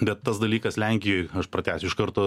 bet tas dalykas lenkijoj aš pratęsiu iš karto